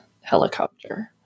helicopter